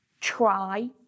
try